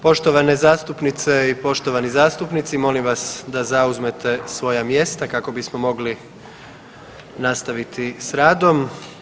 Poštovane zastupnice i poštovani zastupnici, molim vas da zauzmete svoja mjesta kako bismo mogli nastaviti s radom.